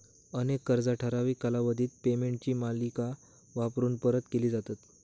अनेक कर्जा ठराविक कालावधीत पेमेंटची मालिका वापरून परत केली जातत